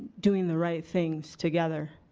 doing the right things together